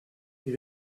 you